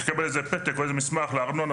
כדי לקבל איזה שהוא פתק או מסמך לארנונה,